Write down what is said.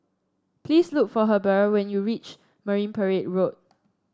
please look for Heber when you reach Marine Parade Road